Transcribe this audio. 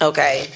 Okay